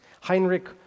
Heinrich